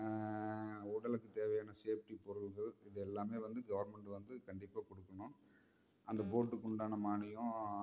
உடலுக்குத் தேவையான சேஃப்டி பொருட்கள் இது எல்லாமே வந்து கவர்மெண்ட் வந்து கண்டிப்பாக கொடுக்கணும் அந்த போட்டுக்கு உண்டான மானியம்